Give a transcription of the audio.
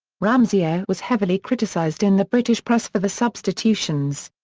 ramsey ah was heavily criticised in the british press for the substitutions.